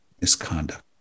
misconduct